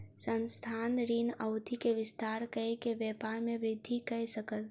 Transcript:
संस्थान, ऋण अवधि के विस्तार कय के व्यापार में वृद्धि कय सकल